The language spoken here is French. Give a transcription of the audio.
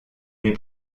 les